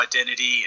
identity